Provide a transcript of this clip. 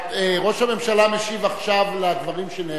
ראש הממשלה משיב עכשיו לדברים שנאמרו,